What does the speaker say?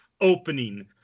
opening